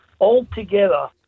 Altogether